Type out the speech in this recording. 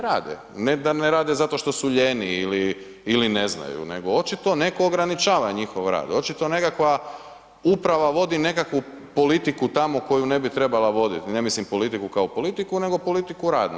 rade zato što su lijeni ili ne znaju nego očito neko ograničava njihov rad, očito nekakva uprava vodi nekakvu politiku tamo koju ne bi trebala voditi, ne mislim politiku kao politiku nego politiku radnu.